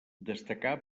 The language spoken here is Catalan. destacà